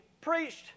preached